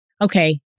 okay